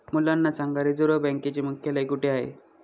मुलांना सांगा रिझर्व्ह बँकेचे मुख्यालय कुठे आहे